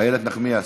איילת נחמיאס,